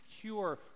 cure